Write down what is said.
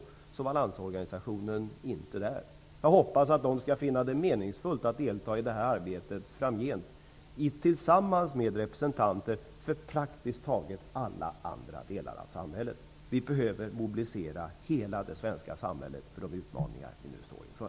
Jag beklagar att Landsorganisationen inte var där. Jag hoppas att man inom LO framgent skall finna det meningsfullt att tillsammans med representanter för praktiskt taget alla andra delar av samhället delta i det här arbetet. Vi behöver mobilisera hela det svenska samhället för de utmaningar som vi nu står inför.